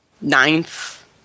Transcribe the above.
ninth